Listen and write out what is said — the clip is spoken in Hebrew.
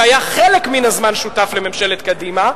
שהיה חלק מן הזמן שותף לממשלת קדימה,